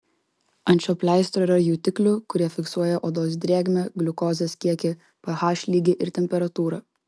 ant šio pleistro yra jutiklių kurie fiksuoja odos drėgmę gliukozės kiekį ph lygį ir temperatūrą